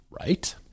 Right